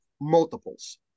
multiples